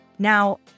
Now